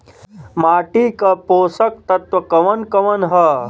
माटी क पोषक तत्व कवन कवन ह?